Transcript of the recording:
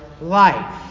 life